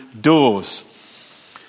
doors